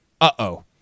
uh-oh